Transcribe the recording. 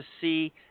see